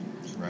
Right